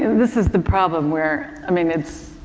this is the problem where, i mean, it's,